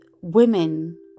women